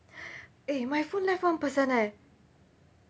eh my phone left one percent eh